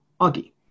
Augie